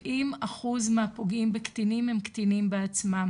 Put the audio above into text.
70 אחוז מהפוגעים בקטינים, הם קטינים בעצמם